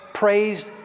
praised